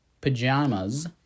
pajamas